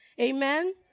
Amen